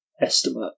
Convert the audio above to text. estimate